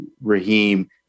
Raheem